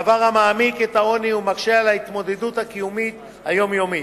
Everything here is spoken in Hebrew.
דבר המעמיק את העוני ומקשה על ההתמודדות הקיומית היומיומית.